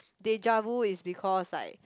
deja vu is because like